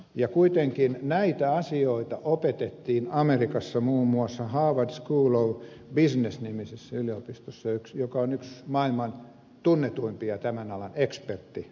ja kuitenkin näitä asioita opetettiin amerikassa muun muassa harvard business school nimisessä yliopistossa joka on yksi maailman tunnetuimpia tämän alan eksperttilaitoksia